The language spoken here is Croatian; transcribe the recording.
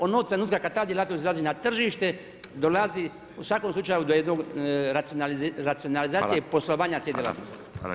Onog trenutka kad ta djelatnost izlazi na tržište, dolazi u svakom slučaju do jedne racionalizacije poslovanje te djelatnosti.